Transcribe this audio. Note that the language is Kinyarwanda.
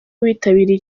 bitabiriye